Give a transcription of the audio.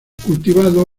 cultivados